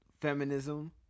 feminism